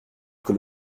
que